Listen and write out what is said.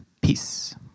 Peace